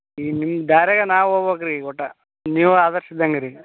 ಈಗ ನಿಮ್ಮ ದಾರ್ಯಾಗೆ ನಾವು ಹೋಬಕ್ ರೀ ಈಗ ಒಟ್ಟು ನೀವು ಆದರ್ಶ ಇದ್ದಂಗೆ ರೀ ಈಗ